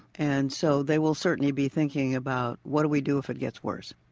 and so, they will certainly be thinking about what do we do if it gets worse?